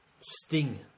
Sting